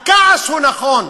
הכעס הוא נכון.